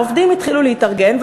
העובדים התחילו להתארגן,